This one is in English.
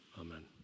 Amen